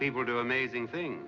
people do amazing things